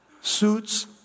suits